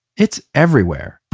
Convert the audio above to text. it's everywhere